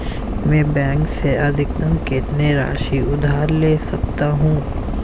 मैं बैंक से अधिकतम कितनी राशि उधार ले सकता हूँ?